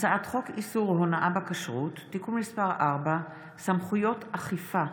הצעת חוק איסור הונאה בכשרות (תיקון מס' 4) (סמכויות אכיפה,